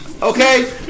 Okay